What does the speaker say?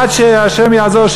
עד שה' יעזור,